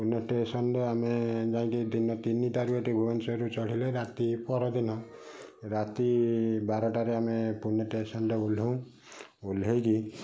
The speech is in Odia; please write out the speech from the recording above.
ପୁନେ ଟେସନରେ ଆମେ ଯାଇକି ଦିନ ତିନିଟାରେ ଏଇଠୁ ଭୁବନେଶ୍ଵରରୁ ଚଢ଼ିଲେ ରାତି ପରଦିନ ରାତି ବାରଟା ରେ ଆମେ ପୁନେ ଟେସନରେ ଓହ୍ଲଉ ଓହ୍ଲେଇକି